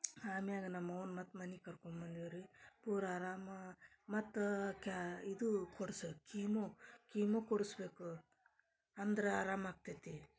ಆಮ್ಯಾಗ ನಮ್ಮ ಅವ್ವನ ಮತ್ತು ಮನಿಗೆ ಕರ್ಕೊಂಬಂದೀವಿ ರೀ ಪೂರ ಅರಾಮ ಮತ್ತು ಕ್ಯಾ ಇದೂ ಕೊಡ್ಸು ಕೀಮೋ ಕೀಮೋ ಕೊಡ್ಸ್ಬೇಕು ಅಂದ್ರೆ ಅರಾಮು ಆಗ್ತೈತಿ